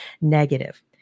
negative